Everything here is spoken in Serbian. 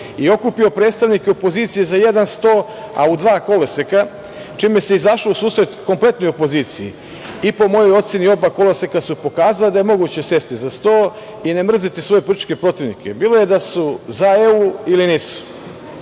i okupio predstavnike opozicije za jedan sto, a u dva koloseka, čime se izašlo u susret kompletnoj opoziciji i po mojoj oceni oba koloseka su pokazala da je moguće sesti za sto i ne mrzeti svoje političke protivnike, bilo da su za EU ili nisu,